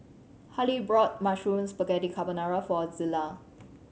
Hailee brought Mushroom Spaghetti Carbonara for Zillah